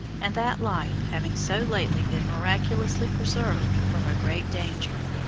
and that life having so lately been miraculously preserved from a great danger